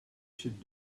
should